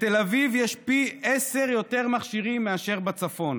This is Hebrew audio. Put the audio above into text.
בתל אביב יש פי עשרה יותר מכשירים מאשר בצפון.